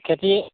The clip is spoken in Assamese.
খেতি